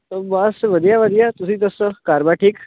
ਬਸ ਵਧੀਆ ਵਧੀਆ ਤੁਸੀਂ ਦੱਸੋ ਘਰ ਬਾਰ ਠੀਕ